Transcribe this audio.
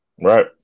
right